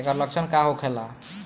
ऐकर लक्षण का होखेला?